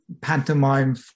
pantomime